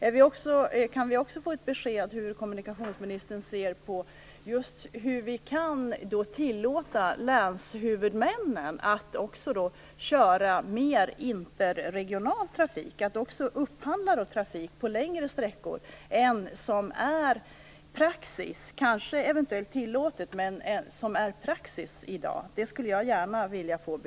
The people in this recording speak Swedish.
Jag vill också gärna ha ett besked om hur kommunikationsministern ser på att tillåta länshuvudmännen att köra mer interregional trafik och att upphandla trafik på längre sträckor än vad som är praxis - kanske tillåtet men ändock praxis - i dag.